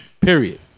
period